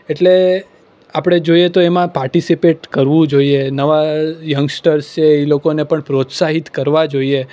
એટલે આપણે જોઈએ તો એમાં પાર્ટીસિપેટ કરવું જોઈએ નવા યંગસ્ટર્સ છે એ લોકોને પણ પ્રોત્સાહિત કરવા જોઈએ